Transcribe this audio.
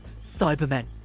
Cybermen